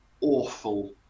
awful